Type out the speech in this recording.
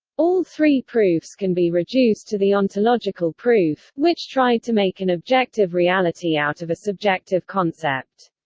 all three proofs can be reduced to the ontological proof, which tried to make an objective reality out of a subjective concept.